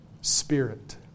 Spirit